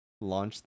Launch